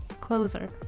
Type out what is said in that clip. Closer